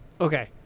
Okay